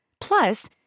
Plus